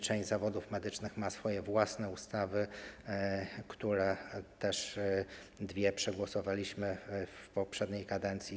Część zawodów medycznych ma swoje własne ustawy, z których dwie przegłosowaliśmy w poprzedniej kadencji.